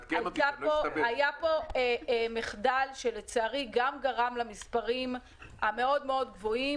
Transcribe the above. היה פה מחדל שלצערי גם גרם למספרים המאוד-מאוד גבוהים,